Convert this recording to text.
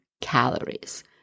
calories